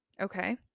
Okay